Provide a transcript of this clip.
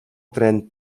tren